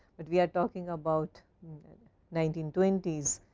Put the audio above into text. but we are talking about nineteen twenty s.